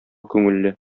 күңелле